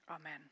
Amen